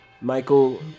Michael